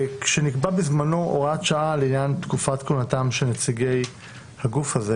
כשנקבעה בזמנו הוראת שעה לעניין תקופת כהונתם של נציגי הגוף הזה